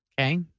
Okay